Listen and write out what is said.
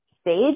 stage